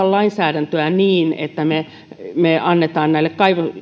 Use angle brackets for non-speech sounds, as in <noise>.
<unintelligible> lainsäädäntöä niin että me me annamme näille